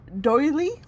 Doily